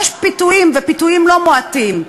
יש פיתויים, ופיתויים לא מועטים.